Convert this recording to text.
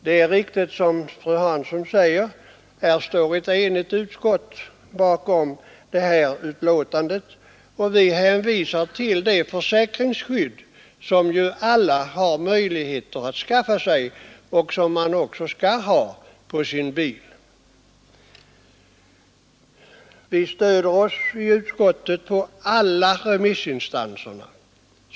Det är riktigt som fru Hansson säger att ett enigt utskott står bakom detta betänkande, och vi hänvisar till det försäkringsskydd som alla har möjligheter att skaffa sig och som man också skall ha på sin bil. I utskottet stöder vi oss på alla remissinstanser.